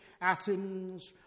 Athens